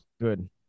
good